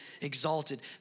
exalted